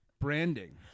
branding